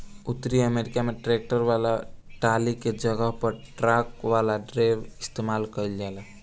उतरी अमेरिका में ट्रैक्टर वाला टाली के जगह पर ट्रक वाला डेकर इस्तेमाल कईल जाला